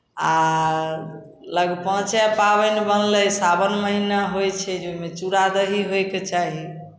आ लग पाँचे पाबनि बनलै सावन महिना होइ छै जे ओहिमे चूड़ा दही होयके चाही